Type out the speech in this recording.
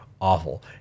awful